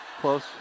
Close